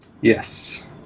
Yes